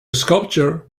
sculpture